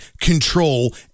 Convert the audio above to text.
control